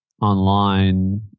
online